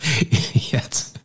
Yes